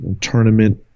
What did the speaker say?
tournament